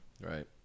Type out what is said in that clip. right